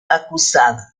acusada